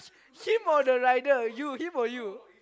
him or the rider you him or you